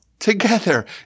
Together